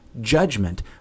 judgment